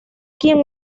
quien